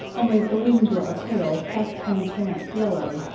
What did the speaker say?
only the wings were a pale, half-transparent yellow,